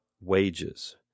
wages